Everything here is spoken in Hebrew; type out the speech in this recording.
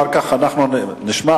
אחר כך אנחנו נשמע,